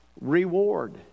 reward